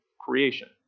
creation